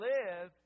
live